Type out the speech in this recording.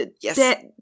yes